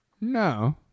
No